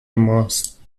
ماست